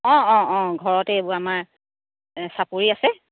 অঁ অঁ অঁ ঘৰতে এইবোৰ আমাৰ চাপৰি আছে